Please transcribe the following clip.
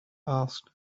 asked